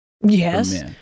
Yes